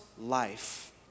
life